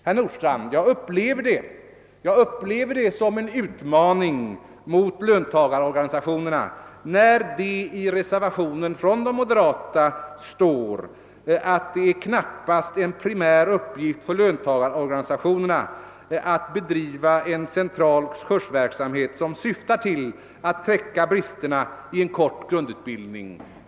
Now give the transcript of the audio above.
Herr Nordstrandh, jag upplever det som en utmaning mot löntagarorganisationerna, när det i reservationer av representanter för moderata samlingspartiet uttalas att det knappast är någon primär uppgift för löntagarorganisationerna att bedriva en central kursverksamhet som syftar till att täcka bristerna i en kort grundutbildning.